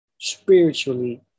spiritually